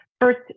first